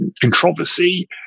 controversy